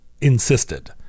insisted